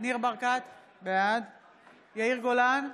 ניר ברקת, בעד יאיר גולן,